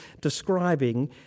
describing